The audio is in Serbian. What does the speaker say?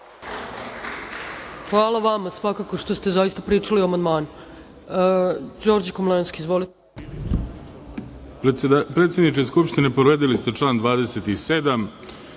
Hvala vama svakako što ste zaista pričali o amandmanu. Reč